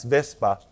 Vespa